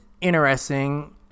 interesting